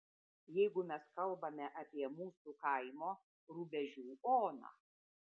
jeigu mes kalbame apie mūsų kaimo rubežių oną